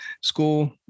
school